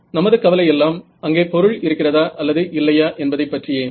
நமது கவலை எல்லாம் அங்கே பொருள் இருக்கிறதா அல்லது இல்லையா என்பதைப் பற்றியே